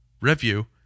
Review